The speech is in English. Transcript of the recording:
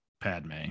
padme